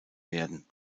werden